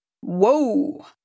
Whoa